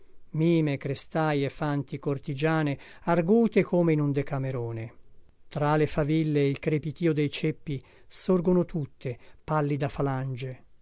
vane mime crestaie fanti cortigiane argute come in un decamerone tra le faville e il crepitio dei ceppi sorgono tutte pallida falange